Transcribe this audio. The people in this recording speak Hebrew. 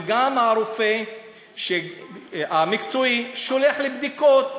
וגם הרופא המקצועי שולח לבדיקות,